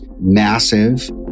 massive